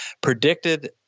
predicted